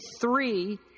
three